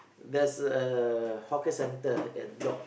there's a hawker center at block